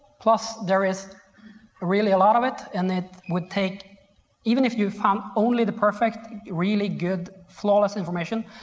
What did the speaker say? plus there is really a lot of it and it would take even if you found only the perfect really good flawless information,